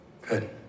Good